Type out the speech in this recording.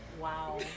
Wow